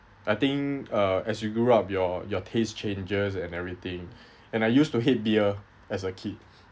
I think uh as you grew up your your taste changes and everything and I used to hate beer as a kid